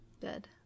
Good